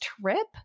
trip